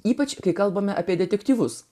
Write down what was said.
ypač kai kalbame apie detektyvus